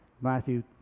Matthew